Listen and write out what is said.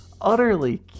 utterly